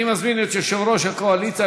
אני מזמין את יושב-ראש הקואליציה,